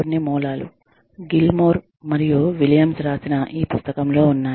కొన్ని మూలాలు గిల్మోర్ మరియు విలియమ్స్ రాసిన ఈ పుస్తకం లో ఉన్నాయి